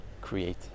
create